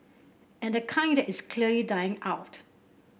and the kind that is clearly dying out